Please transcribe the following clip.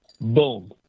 boom